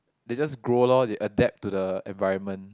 they just grow lor they adapt to the environment